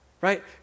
Right